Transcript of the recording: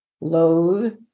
loathe